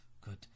Good